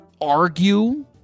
argue